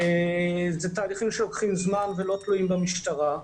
זה תהליכים שלוקחים זמן ולא תלויים במשטרה.